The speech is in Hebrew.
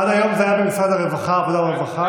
עד היום זה היה במשרד העבודה והרווחה,